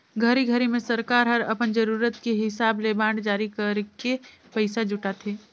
घरी घरी मे सरकार हर अपन जरूरत के हिसाब ले बांड जारी करके पइसा जुटाथे